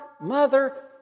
mother